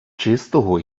чистого